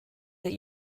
that